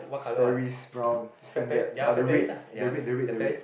Sperry's brown standard or the red the red the red the red